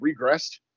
regressed